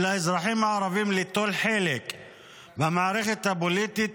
האזרחים הערבים ליטול חלק במערכת הפוליטית,